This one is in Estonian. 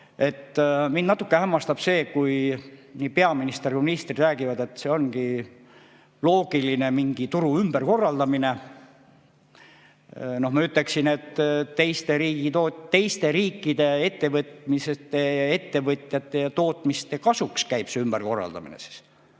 Mind natuke hämmastab see, kui nii peaminister kui ka ministrid räägivad, et see ongi loogiline, mingi turu ümberkorraldamine. Ma ütleksin, et teiste riikide ettevõtmiste, ettevõtjate ja tootmiste kasuks käib see ümberkorraldamine siis,